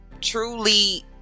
truly